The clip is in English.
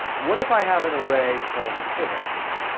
what if i have an array called pivots?